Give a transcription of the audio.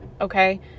Okay